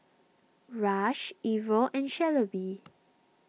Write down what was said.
Rush Ivor and Shelbi